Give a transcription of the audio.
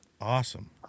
Awesome